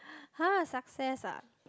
!huh! success ah